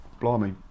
blimey